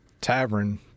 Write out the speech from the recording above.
tavern